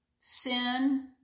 sin